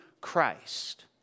Christ